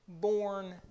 Born